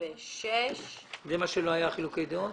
86. לא היו בהם חילוקי דעות.